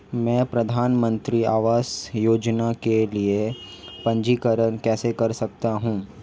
मैं प्रधानमंत्री आवास योजना के लिए पंजीकरण कैसे कर सकता हूं?